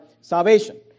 salvation